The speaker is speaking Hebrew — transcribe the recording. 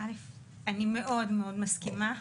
אני מאוד מאוד מסכימה.